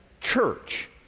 church